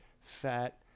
fat